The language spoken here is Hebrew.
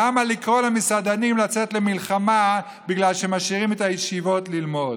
למה לקרוא למסעדנים לצאת למלחמה בגלל שמשאירים את הישיבות ללמוד?